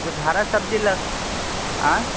बस हरी सब्ज़ी ल आएं